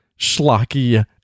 schlocky